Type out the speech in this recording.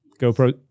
GoPro